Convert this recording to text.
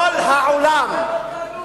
חבר הכנסת אלכס מילר,